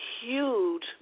huge